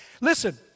Listen